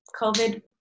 COVID